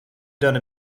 done